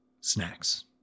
snacks